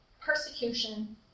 persecution